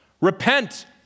repent